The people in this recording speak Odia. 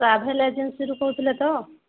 ଟ୍ରାଭେଲ ଏଜେନ୍ସିରୁ କହୁଥିଲେ ତ